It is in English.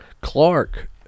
Clark